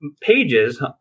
pages